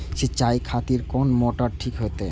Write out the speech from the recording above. सीचाई खातिर कोन मोटर ठीक होते?